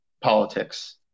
politics